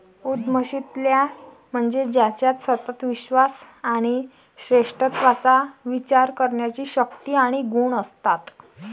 उद्यमशीलता म्हणजे ज्याच्यात सतत विश्वास आणि श्रेष्ठत्वाचा विचार करण्याची शक्ती आणि गुण असतात